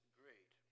great